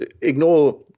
ignore